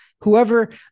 Whoever